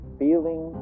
feeling